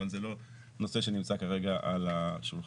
אבל זה לא נושא שנמצא כרגע על השולחן.